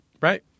right